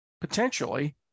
potentially